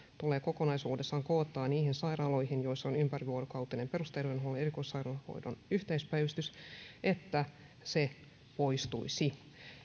tulee kokonaisuudessaan koota niihin sairaaloihin joissa on ympärivuorokautinen perusterveydenhuollon ja erikoissairaanhoidon yhteispäivystys poistuisi